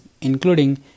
including